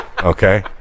Okay